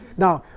now,